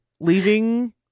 Leaving